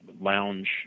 lounge